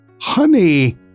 Honey